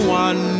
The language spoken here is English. one